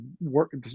work